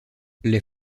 les